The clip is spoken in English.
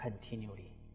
continually